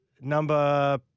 Number